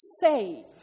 save